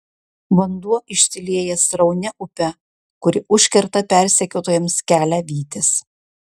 vanduo išsilieja sraunia upe kuri užkerta persekiotojams kelią vytis